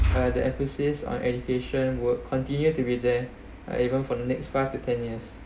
uh the emphasis on education will continue to be there uh even for the next five to ten years